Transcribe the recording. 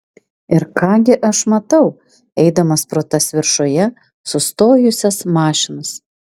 ir ką gi aš matau eidamas pro tas viršuje sustojusias mašinas